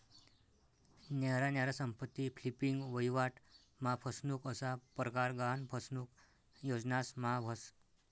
न्यारा न्यारा संपत्ती फ्लिपिंग, वहिवाट मा फसनुक असा परकार गहान फसनुक योजनास मा व्हस